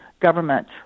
government